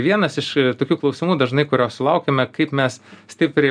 vienas iš tokių klausimų dažnai kurio sulaukiame kaip mes stipriai